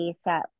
set